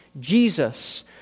Jesus